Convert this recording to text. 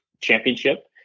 championship